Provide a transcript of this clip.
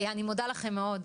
אני מודה לכם מאוד,